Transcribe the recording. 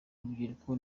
urubyiruko